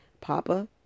Papa